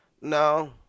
No